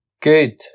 Good